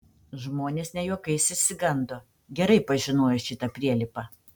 žmonės ne juokais išsigando gerai pažinojo šitą prielipą